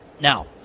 Now